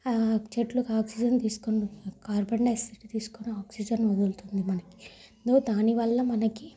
ఆ చెట్లుకి ఆక్సిజన్ తీస్కుని ఆ కార్బన్ డైఆక్సైడ్ తీస్కుని ఆక్సిజన్ వదులుతుంది మనకి దో దానివల్ల మనకి